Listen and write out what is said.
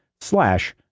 slash